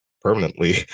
permanently